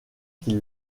qui